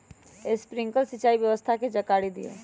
Sprinkler सिंचाई व्यवस्था के जाकारी दिऔ?